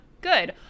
good